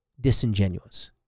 disingenuous